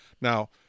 Now